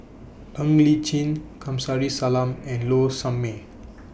Ng Li Chin Kamsari Salam and Low Sanmay